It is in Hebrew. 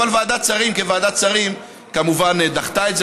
אבל ועדת שרים כוועדת שרים כמובן דחתה את זה.